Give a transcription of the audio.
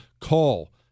call